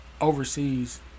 overseas